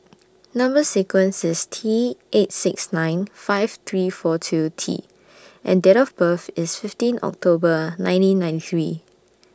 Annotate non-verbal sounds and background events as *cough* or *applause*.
*noise* Number sequence IS T eight six nine five three four two T and Date of birth IS fifteen October nineteen ninety three